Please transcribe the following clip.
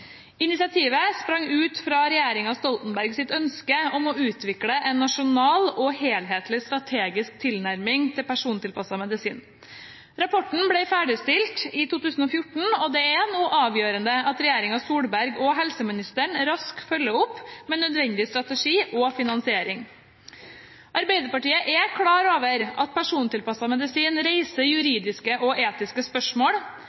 Initiativet sprang ut fra regjeringen Stoltenbergs ønske om å utvikle en nasjonal og helhetlig strategisk tilnærming til persontilpasset medisin. Rapporten ble ferdigstilt i 2014, og det er nå avgjørende at regjeringen Solberg og helseministeren raskt følger opp med nødvendig strategi og finansiering. Arbeiderpartiet er klar over at persontilpasset medisin reiser juridiske og etiske spørsmål,